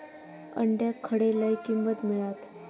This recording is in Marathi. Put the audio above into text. अंड्याक खडे लय किंमत मिळात?